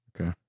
Okay